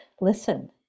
listen